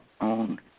own